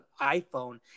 iPhone